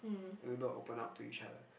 and able to open up to each other